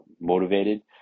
motivated